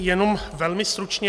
Jenom velmi stručně.